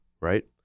right